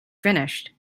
finished